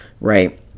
Right